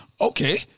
okay